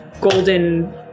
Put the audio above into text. golden